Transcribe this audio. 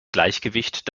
gleichgewicht